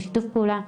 בשיתוף פעולה.